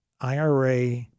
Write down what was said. IRA